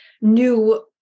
new